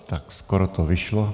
Tak skoro to vyšlo.